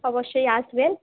অবশ্যই আসবেন